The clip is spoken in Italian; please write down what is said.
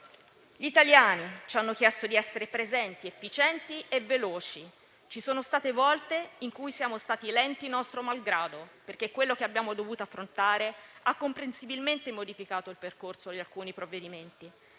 Gli italiani ci hanno chiesto di essere presenti, efficienti e veloci. Ci sono state volte in cui siamo stati lenti, nostro malgrado, perché quello che abbiamo dovuto affrontare ha comprensibilmente modificato il percorso di alcuni provvedimenti.